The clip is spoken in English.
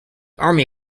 army